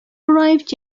arrived